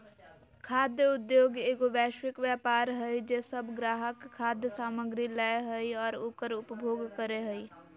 खाद्य उद्योगएगो वैश्विक व्यापार हइ जे सब ग्राहक खाद्य सामग्री लय हइ और उकर उपभोग करे हइ